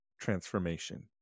transformation